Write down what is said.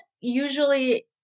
usually